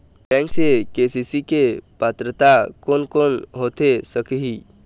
Bank से KCC के पात्रता कोन कौन होथे सकही?